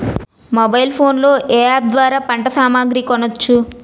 Mobile phone లో ఏ app ద్వారా పంట సామాగ్రి కొనచ్చు?